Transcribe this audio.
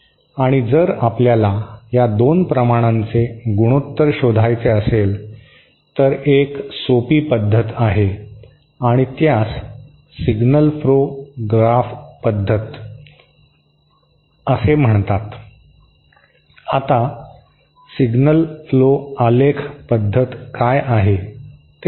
आणि जर आपल्याला या 2 प्रमाणांचे गुणोत्तर शोधायचे असेल तर एक सोपी पद्धत आहे आणि त्यास सिग्नल फ्लो ग्राफ मेथड किंवा सिग्नल फ्लो आलेख पद्धत म्हणतात